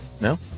No